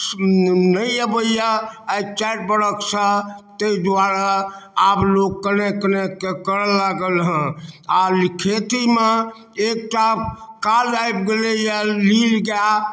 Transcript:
नहि अबैये आइ चारि बरखसँ तै दुआरे आब लोक कनेक कनेक कए करऽ लागलहेँ आओर लऽ खेतीमे एकटा काल आबि गेलैए नील गाय